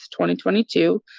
2022